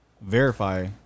verify